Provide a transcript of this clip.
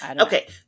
Okay